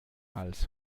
als